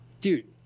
dude